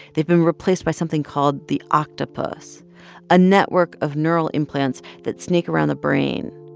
they've been replaced by something called the octopus a network of neural implants that snake around the brain.